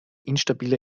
instabiler